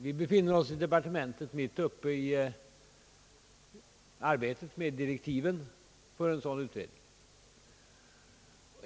Vi i departementet befinner oss mitt uppe i arbetet med direktiven för en sådan utredning.